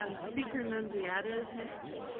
ah speaker nunziata is next.